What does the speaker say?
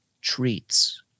treats